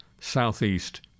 southeast